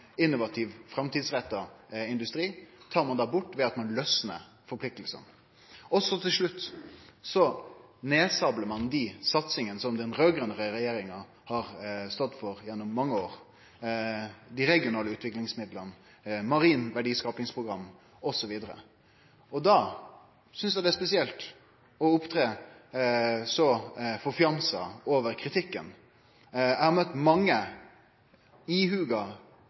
innovativ, framtidsretta industri, tar ein bort ved at ein løyser opp forpliktingane. Til slutt sablar ein ned dei satsingane som den raudgrøne regjeringa har stått for gjennom mange år – dei regionale utviklingsmidlane, Marint verdiskapingsprogram osv. Då synest eg det er spesielt å opptre så forfjamsa over kritikken. Eg har møtt mange ihuga